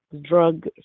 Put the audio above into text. drug